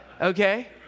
okay